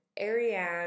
Ariane